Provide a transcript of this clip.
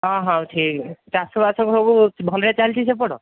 ହଁ ହଁ ଠିକ୍ ଅଛି ଚାଷବାସ ସବୁ ଭଲରେ ଚାଲିଛି ସେପଟ